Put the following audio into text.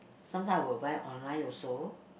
sometime I will buy online also